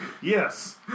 Yes